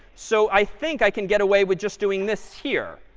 so i think i can get away with just doing this here,